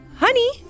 Honey